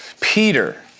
Peter